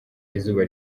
izuba